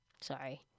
Sorry